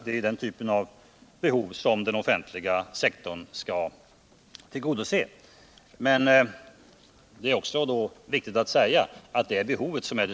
Det är den typen av behov som den offentliga sektorn skall tillgodose.